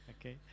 Okay